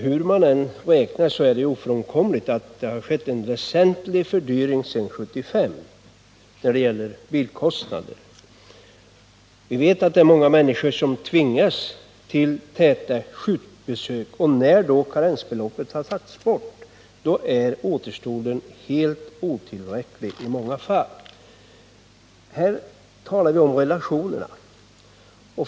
Hur man än räknar är det ofrånkomligt att det har skett en väsentlig fördyring av bilkostnaderna sedan 1975. Vi vet att många människor tvingas till täta sjukbesök, och när karensbeloppet har tagits bort är återstoden i många fall helt otillräcklig.